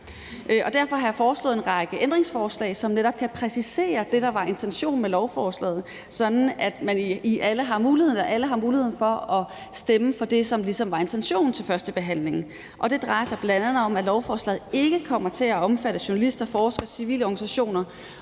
Derfor har jeg foreslået en række ændringsforslag, som netop kan præcisere det, der var intentionen med lovforslaget, sådan at alle har mulighed for at stemme for det, som ligesom var intentionen til førstebehandlingen. Det drejer sig bl.a. om, at lovforslaget ikke kommer til at omfatte journalister, forskere, civile organisationer.